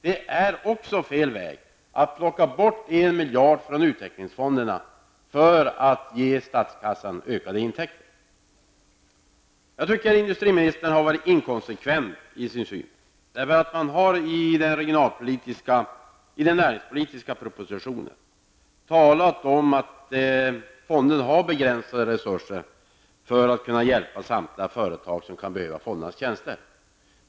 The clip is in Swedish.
Det är också fel att plocka bort en miljard från utvecklingsfonderna för att ge statskassan ökade intäkter. Jag tycker att industriministern har varit inkonsekvent i sin syn på de regionala utvecklingsfonderna. Man har i den näringspolitiska propositionen talat om att fonderna har begränsade resurser för att kunna hjälpa samtliga företag som kan behöva fondernas tjänster.